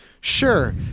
sure